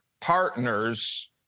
partners